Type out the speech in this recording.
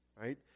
right